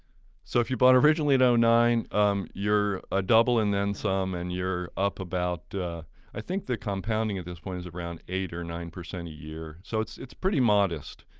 so if you bought originally in you know nine um you're ah double and then some and you're up about i think the compounding at this point is around eight or nine percent a year, so it's it's pretty modest.